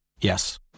Yes